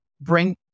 bring